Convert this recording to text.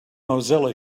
mozilla